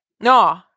No